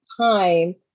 time